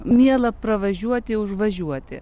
miela pravažiuoti užvažiuoti